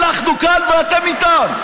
אנחנו כאן ואתם איתם.